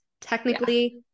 Technically